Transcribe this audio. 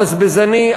הבזבזני,